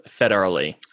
federally